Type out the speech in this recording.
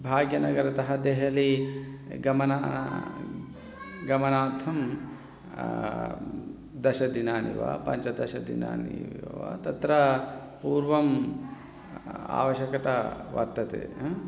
भाग्यनगरतः देहलिं गमनागमनार्थं दशदिनानि वा पञ्चदशदिनानि वा तत्र पूर्वम् आवश्यकता वर्तते हा